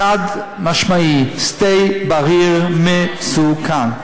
חד-משמעי, שדה-בריר מ-ס-ו-כ-ן.